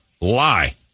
Lie